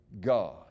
God